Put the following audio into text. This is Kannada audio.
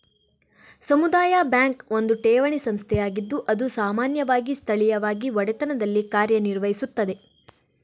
ಸಮುದಾಯ ಬ್ಯಾಂಕ್ ಒಂದು ಠೇವಣಿ ಸಂಸ್ಥೆಯಾಗಿದ್ದು ಅದು ಸಾಮಾನ್ಯವಾಗಿ ಸ್ಥಳೀಯವಾಗಿ ಒಡೆತನದಲ್ಲಿ ಕಾರ್ಯ ನಿರ್ವಹಿಸುತ್ತದೆ